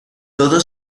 todo